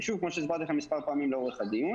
ושוב, כמו שהסברתי לכם מספר פעמים לאורך הדיון